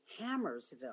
Hammersville